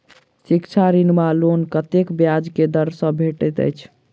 शिक्षा ऋण वा लोन कतेक ब्याज केँ दर सँ भेटैत अछि?